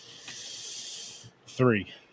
three